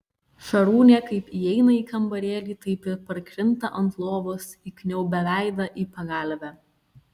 šarūnė kaip įeina į kambarėlį taip ir parkrinta ant lovos įkniaubia veidą į pagalvę